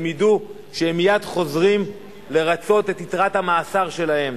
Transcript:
הם ידעו שהם מייד חוזרים לרצות את יתרת המאסר שלהם.